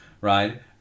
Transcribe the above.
right